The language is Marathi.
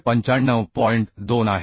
2 आहे